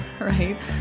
right